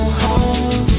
home